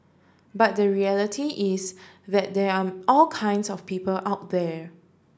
but the reality is that there are all kinds of people out there